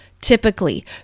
typically